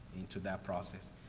into that process.